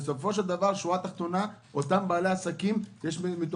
ובסופו של דבר בשורה התחתונה יש בעלי עסקים שקרסו